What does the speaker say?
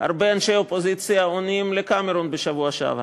הרבה אנשי אופוזיציה עונים לקמרון בשבוע שעבר,